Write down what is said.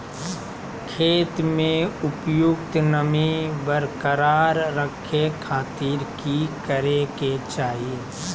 खेत में उपयुक्त नमी बरकरार रखे खातिर की करे के चाही?